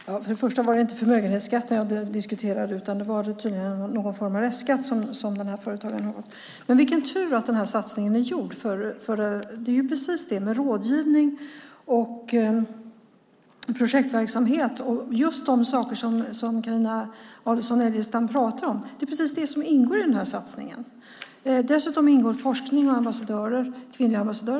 Herr talman! Först och främst var det inte förmögenhetsskatten jag diskuterade utan någon form av restskatt som den här företagaren tydligen hade fått. Vilken tur att den här satsningen är gjord, för det är precis rådgivning, projektverksamhet och de saker som Carina Adolfsson Elgestam pratar om som ingår i den här satsningen. Dessutom ingår forskning och kvinnliga ambassadörer.